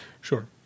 Sure